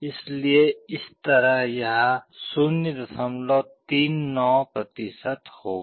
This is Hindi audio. इसलिए इस तरह यह 039 होगा